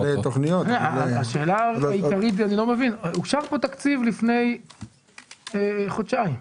אושר כאן תקציב לפני חודשיים.